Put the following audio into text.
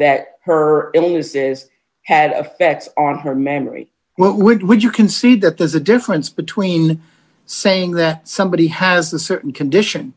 that her illnesses had effect on her memory what would would you concede that there's a difference between saying that somebody has a certain condition